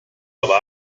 aber